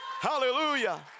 Hallelujah